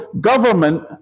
government